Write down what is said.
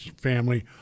family